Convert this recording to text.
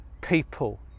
people